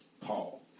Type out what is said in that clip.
Paul